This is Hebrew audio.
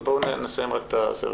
אז בואו נסיים את הסבב